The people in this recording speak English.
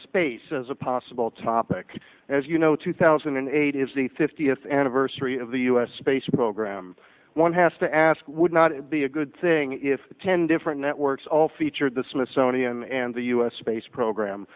space as a possible topic as you know two thousand and eight is the fiftieth anniversary of the u s space program one has to ask would not be a good thing if ten different networks all featured the smithsonian and the u s space program